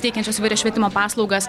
teikiančios įvairias švietimo paslaugas